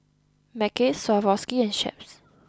Mackays Swarovski and Chaps